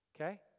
Okay